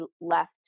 left